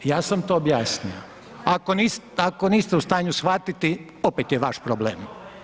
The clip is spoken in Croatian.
Ja sam to objasnio, ako niste u stanju shvatiti, opet je vaš problem.